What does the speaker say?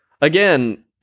again